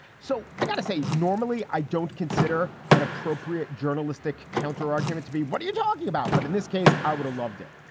so i got to say, normally, i don't consider an appropriate journalistic counterargument to be what are you talking about? but in this case, i would've loved it.